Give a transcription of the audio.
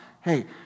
hey